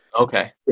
Okay